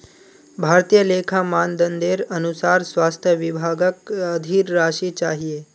भारतीय लेखा मानदंडेर अनुसार स्वास्थ विभागक अधिक राशि चाहिए